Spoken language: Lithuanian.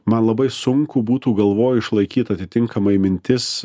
man labai sunku būtų galvoj išlaikyti atitinkamai mintis